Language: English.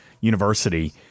University